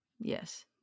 Yes